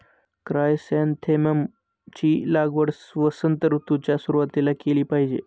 chrysanthemum ची लागवड वसंत ऋतूच्या सुरुवातीला केली पाहिजे